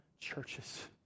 churches